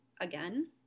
again